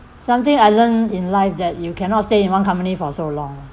something I learn in life that you cannot stay in one company for so long